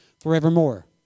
forevermore